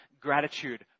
gratitude